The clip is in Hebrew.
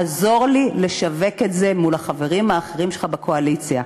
עזור לי לשווק את זה מול החברים האחרים שלך בקואליציה.